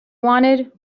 wanted